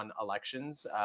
elections